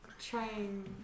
Trying